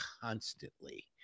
constantly